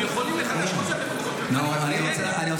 הם יכולים לחדש חוזה --- זה פעם אחת.